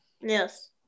Yes